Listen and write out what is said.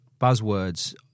buzzwords